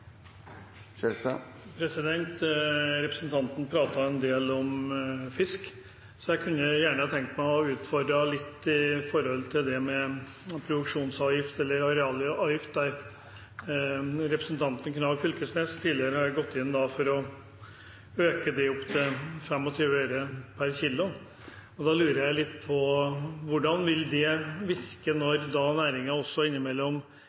replikkordskifte. Representanten Boel Gregussen pratet en del om fisk, så jeg kunne gjerne tenke meg å utfordre henne litt med hensyn til produksjonsavgift eller arealavgift. Representanten Knag Fylkesnes har tidligere gått inn for å øke den til 25 øre per kilo. Da lurer jeg litt på: Hvordan vil det virke når næringen innimellom